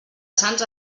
sants